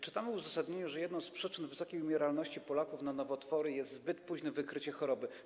Czytamy w uzasadnieniu, że jedną z przyczyn wysokiej umieralności Polaków na nowotwory jest zbyt późne wykrycie choroby.